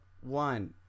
one